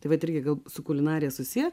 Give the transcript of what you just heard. tai vat irgi gal su kulinarija susiję